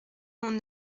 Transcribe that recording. mon